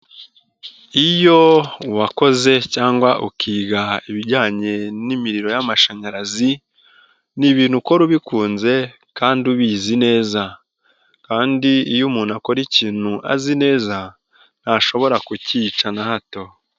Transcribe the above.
Iyo wakoze cyangwa ukiga ibijyanye n'imiriro y'amashanyarazi, ni ibintu ukora ubikunze kandi ubizi neza kandi iyo umuntu akora ikintu azi neza ntashobora kukicyica na hato.